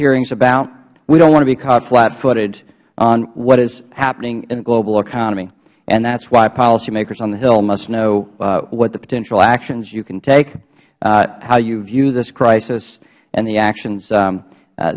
hearing is about we don't want to be caught flatfooted on what is happening in the global economy and that is why policymakers on the hill must know what potential actions you can take how you view this crisis and the actions